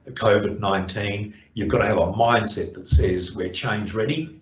covid nineteen you've got to have a mindset that says we're change ready,